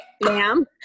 Ma'am